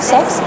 sex